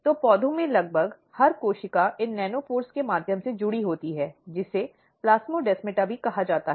तो पौधों में लगभग हर कोशिका इन नैनोपोर्स के माध्यम से जुड़ी होती है जिसे प्लास्मोडेस्माटा भी कहा जाता है